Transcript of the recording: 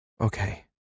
Okay